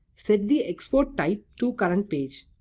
set the export type to currentpage.